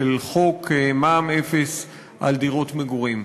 של חוק מע"מ אפס על דירות מגורים.